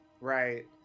Right